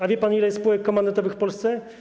A wie pan, ile jest spółek komandytowych w Polsce?